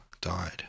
died